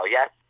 Yes